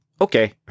Okay